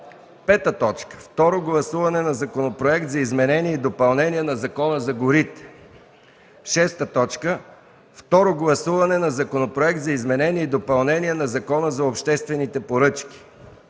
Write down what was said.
на труда. 5. Второ гласуване на Законопроект за изменение и допълнение на Закона за горите. 6. Второ гласуване на Законопроект за изменение и допълнение на Закона за обществените поръчки